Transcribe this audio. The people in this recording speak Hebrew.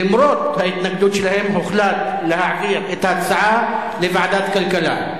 למרות ההתנגדות שלהם הוחלט להעביר את ההצעה לוועדת הכלכלה.